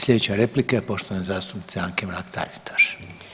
Slijedeća replika je poštovane zastupnice Anke Mrak-Taritaš.